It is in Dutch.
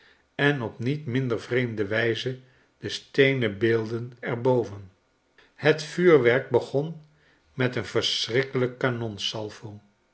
en op niet minder vreemde wijze de steenen beelden er boven het vuurwerk begon met een verschrikkelijk